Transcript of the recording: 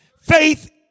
Faith